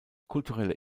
kulturelle